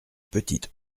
petites